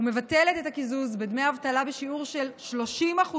ומבטלת את הקיזוז בדמי אבטלה בשיעור של 30%